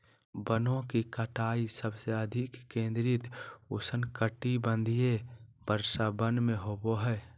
वनों की कटाई सबसे अधिक केंद्रित उष्णकटिबंधीय वर्षावन में होबो हइ